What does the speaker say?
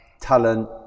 talent